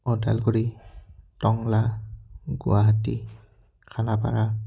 Udalguri Tangla Guwahati Khanapara